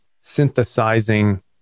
synthesizing